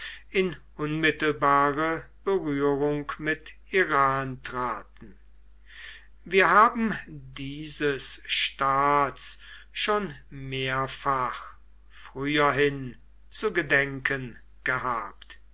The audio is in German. in unmittelbare berührung mit iran traten wir haben dieses staats schon mehrfach früherhin zu gedenken gehabt